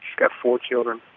got four children